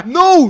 no